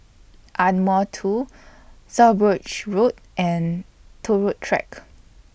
Ardmore two South Bridge Road and Turut Track